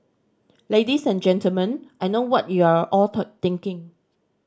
Ladies and Gentlemen I know what you're all thinking